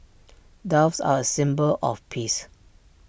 doves are A symbol of peace